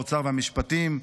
האוצר והמשפטים,